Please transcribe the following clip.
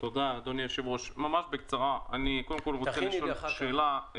תודה, אדוני היושב-ראש, אני רוצה לשאול שאלה: